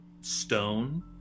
stone